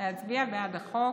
להצביע בעד החוק,